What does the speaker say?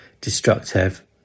destructive